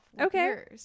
okay